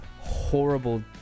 horrible